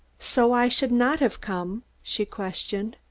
so i should not have come? she questioned.